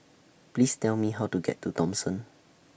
Please Tell Me How to get to Thomson